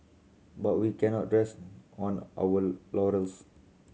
but we cannot rest on our laurels